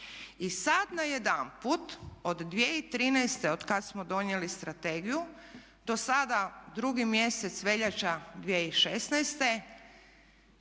I sada najedanput, od 2013. od kada smo donijeli strategiju do sada drugi mjesec veljača 2016.